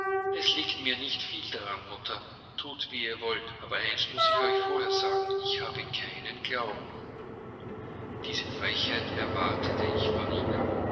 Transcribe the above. es liegt mir nicht viel daran mutter thut wie ihr wollt aber eins muß ich euch vorher sagen ich habe keinen glauben diese frechheit erwartete ich von ihnen